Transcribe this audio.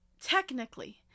Technically